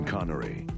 Connery